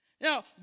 Now